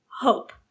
hope